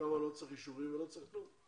שם לא צריך אישורים ולא צריך כלום.